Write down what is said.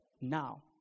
now